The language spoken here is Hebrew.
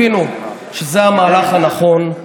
הבינו שזה המהלך הנכון,